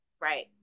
Right